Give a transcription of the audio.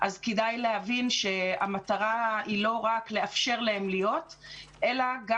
כדאי להבין שהמטרה היא לא רק לאפשר להם להיות אלא גם